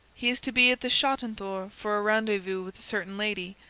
he is to be at the schottenthor for a rendezvous with a certain lady,